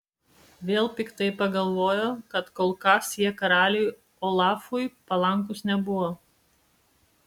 vėl piktai pagalvojo kad kol kas jie karaliui olafui palankūs nebuvo